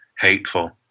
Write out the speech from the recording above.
hateful